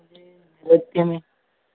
okay ma'am